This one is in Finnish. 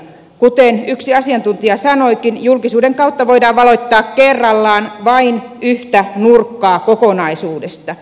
kuten yksi asiantuntija sanoikin julkisuuden kautta voidaan valottaa kerrallaan vain yhtä nurkkaa kokonaisuudesta